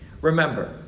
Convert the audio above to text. Remember